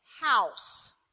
house